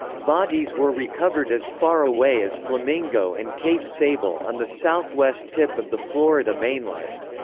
bodies were recovered as far away as flamingo and cape sable on the southwest tip of the florida mainland.